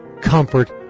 comfort